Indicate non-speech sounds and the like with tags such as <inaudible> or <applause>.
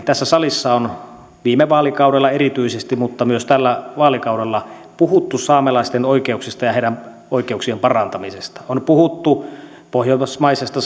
tässä salissa on viime vaalikaudella erityisesti mutta myös tällä vaalikaudella puhuttu saamelaisten oikeuksista ja heidän oikeuksiensa parantamisesta on puhuttu pohjoismaisesta <unintelligible>